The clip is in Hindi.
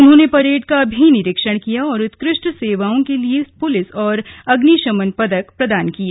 उन्होंने परेड का भी निरीक्षण किया और उत्कृष्ट सेवाओं के लिए पुलिस तथा अग्नि शमन पदक प्रदान किए